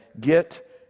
get